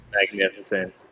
Magnificent